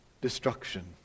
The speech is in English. destruction